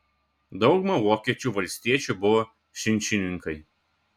dauguma vokiečių valstiečių buvo činšininkai